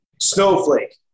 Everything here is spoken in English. Snowflake